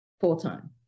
full-time